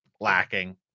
lacking